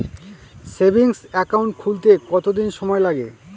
Savings account খুলতে কতদিন সময় লাগে?